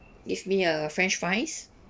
give me a french fries